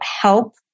help